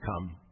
come